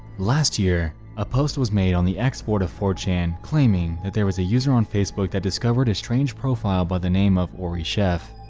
last year a post was made on the x board of four chan claiming that there was a user on facebook that discovered a strange profile by the name of orie chef